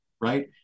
right